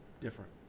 different